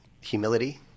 Humility